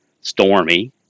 stormy